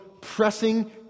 pressing